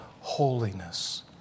holiness